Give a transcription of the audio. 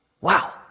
Wow